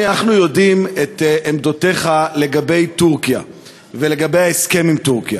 אנחנו יודעים את עמדותיך לגבי טורקיה ולגבי ההסכם עם טורקיה.